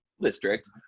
District